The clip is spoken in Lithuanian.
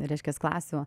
reiškias klasių